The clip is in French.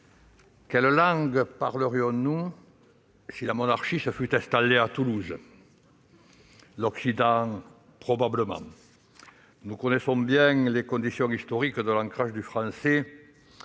quelle langue parlerions-nous si la monarchie s'était installée à Toulouse ? L'occitan probablement ! Nous connaissons bien les conditions historiques de l'ancrage du français.